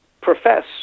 profess